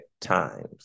times